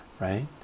right